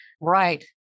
Right